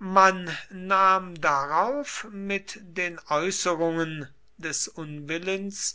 man nahm darauf mit den äußerungen des unwillens